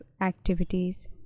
activities